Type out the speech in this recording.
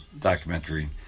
documentary